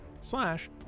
slash